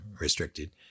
restricted